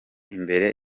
imbere